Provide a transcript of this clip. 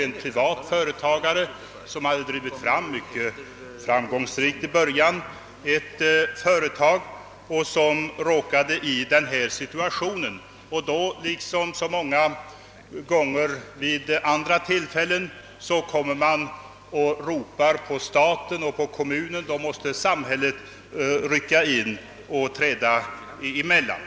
En privat företagare hade arbetat upp detta företag — mycket framgångsrikt i början — som därefter råkat in i en svår situation. Liksom vid så många andra tillfällen ropade man då på staten och kommunen; samhället måste träda emellan.